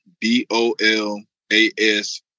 D-O-L-A-S